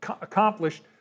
accomplished